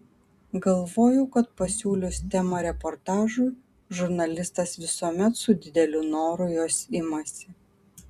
galvojau kad pasiūlius temą reportažui žurnalistas visuomet su dideliu noru jos imasi